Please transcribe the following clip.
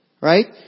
Right